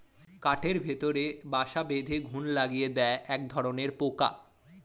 কাঠের ভেতরে বাসা বেঁধে ঘুন লাগিয়ে দেয় একধরনের পোকা